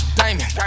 diamond